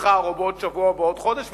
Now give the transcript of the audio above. מחר או בעוד שבוע או בעוד חודש,